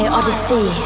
odyssey